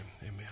amen